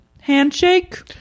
handshake